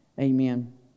Amen